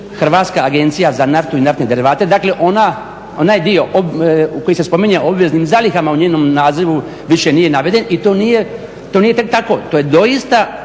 Hrvatska agencija za naftu i naftne derivate. Dakle onaj dio koji se spominje obveznim zalihama u njenom nazivu više nije naveden i to nije tek tako. To je doista